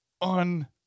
on